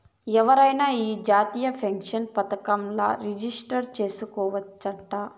ఎవరైనా ఈ జాతీయ పెన్సన్ పదకంల రిజిస్టర్ చేసుకోవచ్చట